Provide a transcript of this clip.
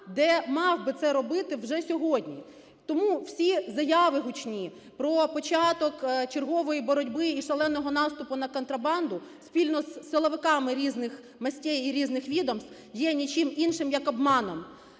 де мав би це робити вже сьогодні. Тому всі заяви гучні про початок чергової боротьби і шаленого наступу на контрабанду спільно із силовиками різних "мастей" і різних відомств є нічим іншим, як обманом.